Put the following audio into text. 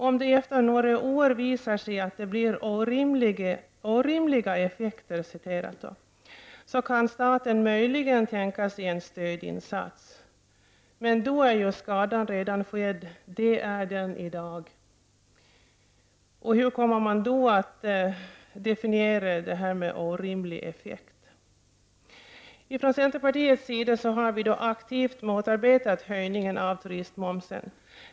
Om det efter några år visar sig att det blir ''orimliga effekter'', kan staten möjligen tänka sig en stödinsats. Men då är ju skadan redan skedd, det är den i dag. Och hur kommer ''orimlig effekt'' att definieras? Från centerpartiets sida har vi aktivt motarbetat höjningen av turistmomsen.